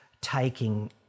taking